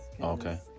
Okay